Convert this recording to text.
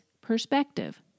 perspective